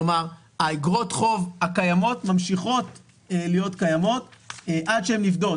כלומר איגרות החוב הקיימות ממשיכות להיות קיימות עד שהן נפדות.